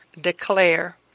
declare